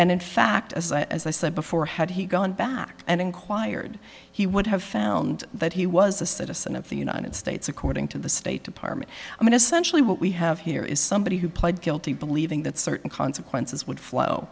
and in fact as i as i said before had he gone back and inquired he would have found that he was a citizen of the united states according to the state department i mean essentially what we have here is somebody who pled guilty believing that certain consequences would flow